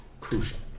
crucial